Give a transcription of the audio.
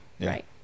right